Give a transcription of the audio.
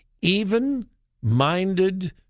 even-minded